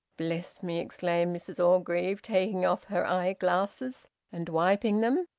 bless me! exclaimed mrs orgreave, taking off her eyeglasses and wiping them,